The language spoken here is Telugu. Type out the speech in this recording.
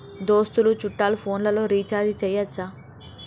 దోస్తులు చుట్టాలు ఫోన్లలో రీఛార్జి చేయచ్చా?